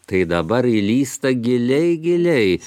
tai dabar įlysta giliai giliai